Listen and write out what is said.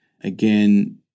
Again